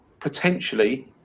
potentially